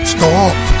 Stop